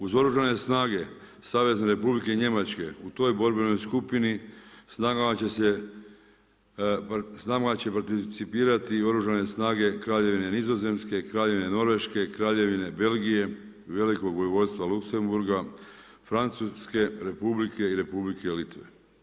Uz oružane snage Savezne Republike Njemačke, u toj borbenoj skupini s nama će participirati i oružane snage Kraljevine Nizozemske, Kraljevine Norveške, Kraljevine Belgije i Velikog Vojvodstva Luksemburga, Francuske Republike i Republike Litve.